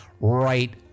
right